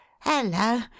hello